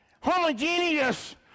Homogeneous